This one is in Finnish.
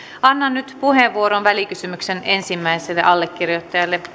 annan nyt puheenvuoron välikysymyksen ensimmäiselle allekirjoittajalle